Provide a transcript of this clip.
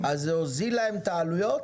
זה הוזיל להם את העלויות?